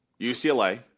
UCLA